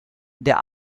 der